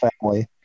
family